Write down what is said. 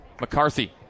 McCarthy